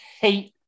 hate